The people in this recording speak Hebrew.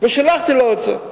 ושלחתי לו את זה.